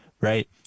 Right